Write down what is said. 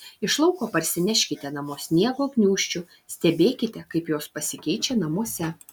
iš lauko parsineškite namo sniego gniūžčių stebėkite kaip jos pasikeičia namuose